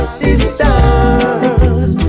sisters